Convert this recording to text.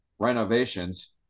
renovations